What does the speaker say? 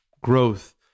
growth